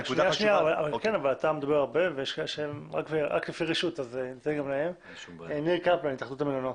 ביקש להתייחס מאיר קפלן, התאחדות המלונות.